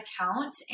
account